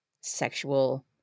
sexual